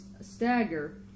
stagger